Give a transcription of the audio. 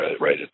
right